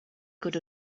good